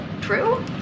true